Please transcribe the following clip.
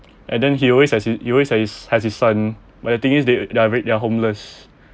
and then he always like he he always has his son but the thing is they they're very they're homeless